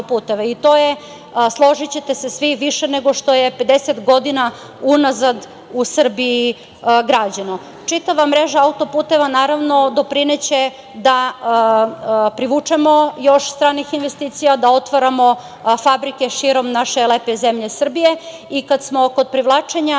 To je, složićete se svi, više nego što je 50 godina unazad u Srbiji građeno. Čitava mreža autoputeva naravno doprineće da privučemo još stranih investicija, da otvaramo fabrike širom naše lepe zemlje Srbije. Kad smo kod privlačenja